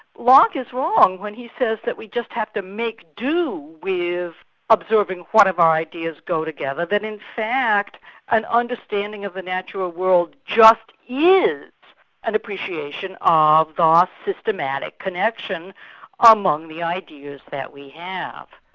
locke is wrong when he says that we just have to make do with observing what of our ideas go together then in fact an understanding of the natural world just is an appreciation ah of the systematic connections among the ideas that we have.